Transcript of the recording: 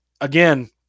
Again